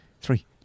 three